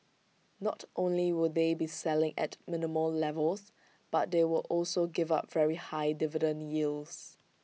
not only will they be selling at minimal levels but they will also give up very high dividend yields